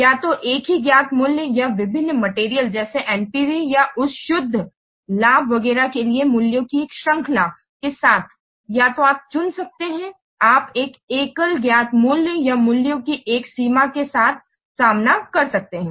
या तो एक ही ज्ञात मूल्य या विभिन्न मटेरियल जैसे NPV या उस शुद्ध लाभ वगैरह के लिए मूल्यों की एक श्रृंखला के साथ या तो आप चुन सकते हैं आप एक एकल ज्ञात मूल्य या मूल्यों की एक सीमा के साथ सामना कर सकते हैं